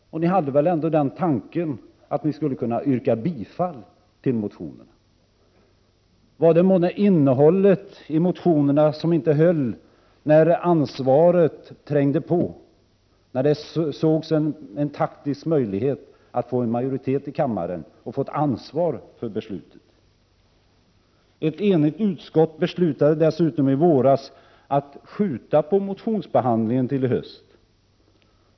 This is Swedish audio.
Ni hade väl ändå den tanken att ni skulle kunna yrka bifall till motionerna? Var det månne innehållet i motionerna som inte höll, när ni såg en taktisk möjlighet att få majoritet i kammaren för ett beslut som ni hade att ta ansvar för? Ett enigt utskott beslöt dessutom i våras att skjuta på motionsbehandlingen till hösten.